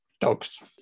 dogs